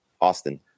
Austin